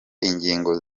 ingingo